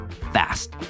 fast